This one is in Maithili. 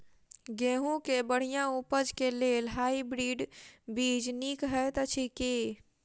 गेंहूँ केँ बढ़िया उपज केँ लेल हाइब्रिड बीज नीक हएत अछि की?